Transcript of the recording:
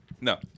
No